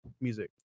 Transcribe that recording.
music